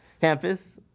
campus